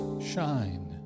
shine